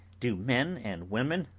do men and women,